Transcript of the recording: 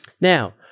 Now